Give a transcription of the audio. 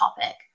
topic